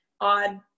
odd